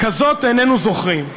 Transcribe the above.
כזאת איננו זוכרים.